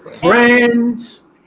Friends